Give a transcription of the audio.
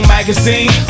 Magazine